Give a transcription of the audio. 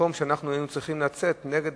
במקום שאנחנו נצא נגד